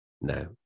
No